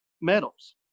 medals